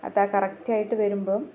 അത് ആ കറക്റ്റായിട്ട് വരുമ്പോള്